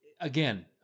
Again